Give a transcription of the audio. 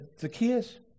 Zacchaeus